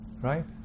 Right